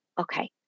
Okay